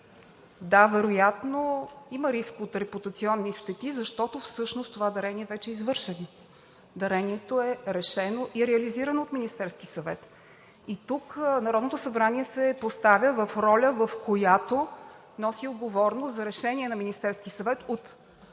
Да, вероятно има риск от репутационни щети, защото всъщност това дарение вече е извършено. Дарението е решено и реализирано от Министерския съвет. И тук Народното събрание се поставя в роля, в която носи отговорност за решение на Министерския съвет, от което